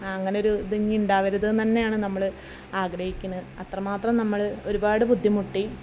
അങ്ങനെയൊരു ഇത് ഇനി ഉണ്ടാവരുതെന്ന് തന്നെയാണ് നമ്മൾ ആഗ്രഹിക്കണ് അത്രമാത്രം നമ്മൾ ഒരുപാട് ബുദ്ധിമുട്ടി